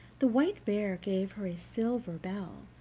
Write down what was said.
the white bear gave her a silver bell,